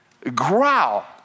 Growl